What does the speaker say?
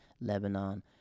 Lebanon